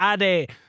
Ade